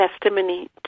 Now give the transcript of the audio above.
testimony